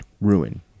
ruin